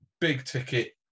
big-ticket